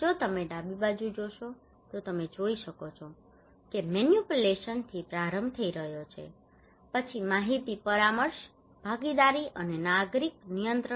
જો તમે ડાબી બાજુ જોશો તો તમે જોઈ શકો છો કે મેનિપ્યુલેશન્સથી પ્રારંભ થઈ રહ્યો છે પછી માહિતી પરામર્શ ભાગીદારી અને નાગરિક નિયંત્રણ